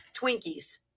Twinkies